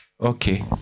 Okay